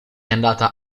andata